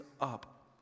up